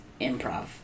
improv